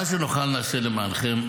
מה שנוכל נעשה למענכם.